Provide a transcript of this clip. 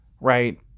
right